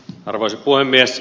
arvoisa puhemies